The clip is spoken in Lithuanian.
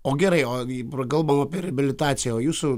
o gerai o kalbam apie reabilitaciją o jūsų